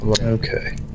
Okay